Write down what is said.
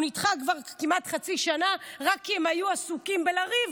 הוא נדחה כבר כמעט חצי שנה רק כי הם היו עסוקים בלריב,